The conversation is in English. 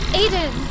Aiden